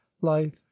life